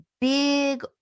big